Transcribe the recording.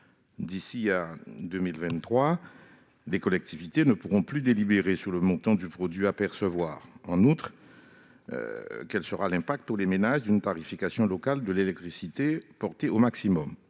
D'ici à 2023, les collectivités ne pourront plus délibérer sur le montant du produit à percevoir. En outre, quel sera l'impact pour les ménages d'une tarification locale de l'électricité portée au maximum ?